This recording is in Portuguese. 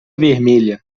vermelha